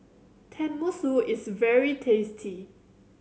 tenmusu is very tasty